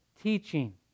teaching